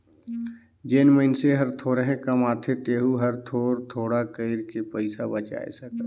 जेन मइनसे हर थोरहें कमाथे तेहू हर थोर थोडा कइर के पइसा बचाय सकथे